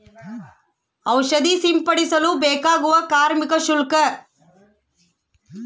ಔಷಧಿ ಸಿಂಪಡಿಸಲು ಬೇಕಾಗುವ ಕಾರ್ಮಿಕ ಶುಲ್ಕ?